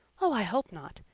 oh, i hope not.